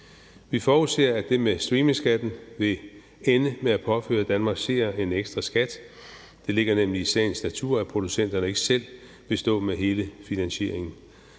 Vi forudser, at det med streamingskatten vil ende med at påføre Danmarks seere en ekstra skat. Det ligger nemlig i sagens natur, at producenterne ikke selv vil stå med hele finansieringen.